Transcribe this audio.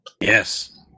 Yes